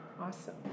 Awesome